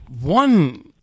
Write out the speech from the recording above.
One